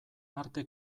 arte